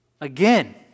again